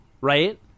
right